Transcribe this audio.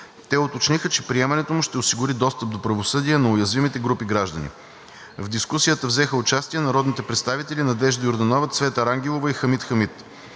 Те уточниха, че приемането му ще осигури достъп до правосъдие на уязвимите групи граждани. В дискусията взеха участие народните представители Надежда Йорданова, Цвета Рангелова и Хамид Хамид.